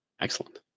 Excellent